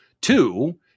two